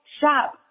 shop